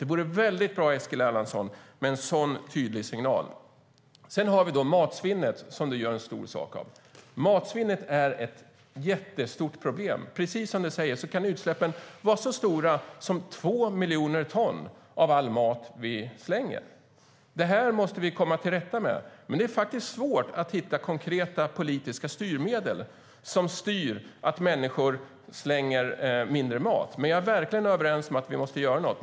Det vore väldigt bra med en sådan tydlig signal, Eskil Erlandsson. Du gör en stor sak av matsvinnet. Det är ett stort problem. Precis som du säger kan utsläppen av all mat vi slänger vara så stora som två miljoner ton. Detta måste vi komma till rätta med, men det är svårt att hitta konkreta politiska styrmedel för att människor ska slänga mindre mat. Men jag är helt överens med dig om att vi måste göra något.